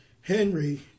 Henry